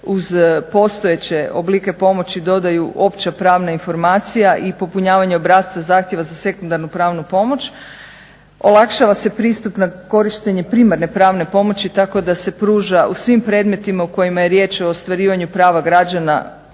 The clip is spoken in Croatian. uz postojeće oblike pomoći dodaju opća pravna informacija i popunjavanje obrasca zahtjeva za sekundarnu pravnu pomoć, olakšava se pristup na korištenje primarne pravne pomoći tako da se pruža u svim predmetima u kojima je riječ o ostvarivanju prava građana